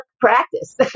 practice